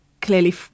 clearly